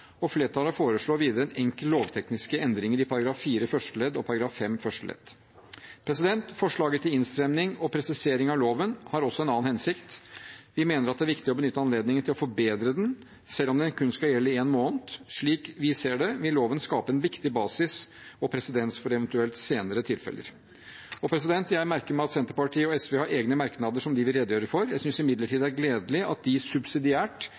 Flertallet foreslår videre en enkel lovteknisk endring i § 4 første ledd og § 5 første ledd. Forslaget til innstramning og presisering av loven har også en annen hensikt. Vi mener at det er viktig å benytte anledningen til å forbedre den, selv om den skal gjelde kun én måned. Slik vi ser det, vil loven skape en viktig basis og presedens for eventuelle senere tilfeller. Jeg merker meg at Senterpartiet og SV har egne merknader som de vil redegjøre for. Jeg synes imidlertid det er gledelig at de subsidiært